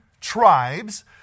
tribes